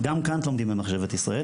לומדים גם את קאנט במחשבת ישראל,